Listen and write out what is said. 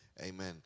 amen